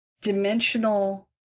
dimensional